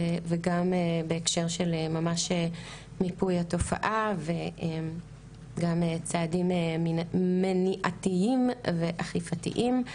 גם בהקשר של ממש מיפוי התופעה וגם צעדים מניעתיים ואכיפתיים.